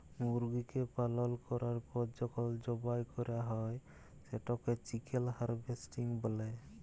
মুরগিকে পালল ক্যরার পর যখল জবাই ক্যরা হ্যয় সেটকে চিকেল হার্ভেস্টিং ব্যলে